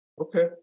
Okay